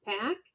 pack